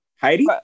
Heidi